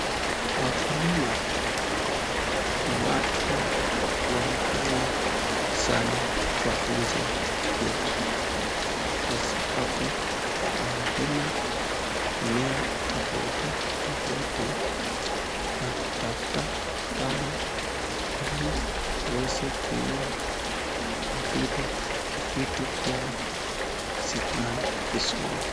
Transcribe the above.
Wakulima ni watu wa maana kwa nchi yetu, kwa sababu wanalima mimea tofauti tofauti na kutafita dawa ili uweze kuuwa madudu na vitu vyao zing'ae vizuri.